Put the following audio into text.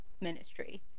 ministry